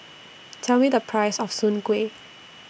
Tell Me The Price of Soon Kway